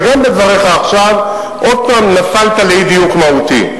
וגם בדבריך עכשיו עוד פעם נפלת לאי-דיוק מהותי.